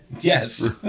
Yes